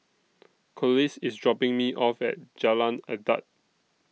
Collis IS dropping Me off At Jalan Adat